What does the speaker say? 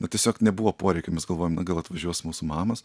na tiesiog nebuvo poreikio mes galvojom na gal atvažiuos mūsų mamas